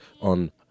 on